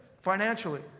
financially